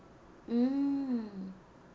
mm